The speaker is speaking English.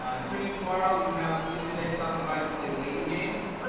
ah tune in tomorrow. we have felicia day stopping by to play lady games,